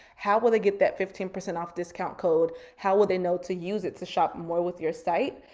how will they get that fifteen percent off discount code? how will they know to use it to shop more with your site?